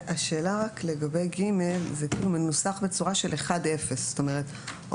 לגבי (ג): זה מנוסח בצורה של 1-0. זאת אומרת,